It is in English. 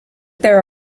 there